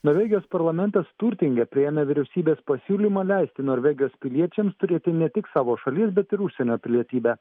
norvegijos parlamentas sturtinge priėmė vyriausybės pasiūlymą leisti norvegijos piliečiams turėti ne tik savo šalies bet ir užsienio pilietybę